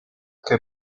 che